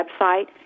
website